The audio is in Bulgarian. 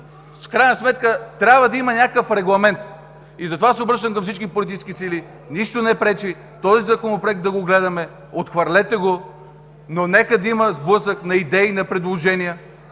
В крайна сметка трябва да има някакъв регламент. Затова се обръщам към всички политически сили: нищо не пречи да гледаме този Законопроект – отхвърлете го, но нека да има сблъсък на идеи, на предложения,